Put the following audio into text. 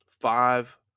five